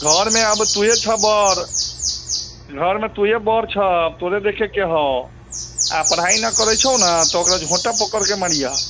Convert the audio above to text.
घरमे अब तोहें छऽ बड़ घरमे तोहें बड़ छऽ तोरे देखैके हऽ आ पढ़ाई न करै छौ ने तऽ ओकरा झोंटा पकर के मारिहऽ